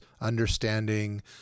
understanding